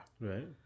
Right